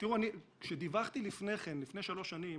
כשדיווחתי לפני שלוש שנים,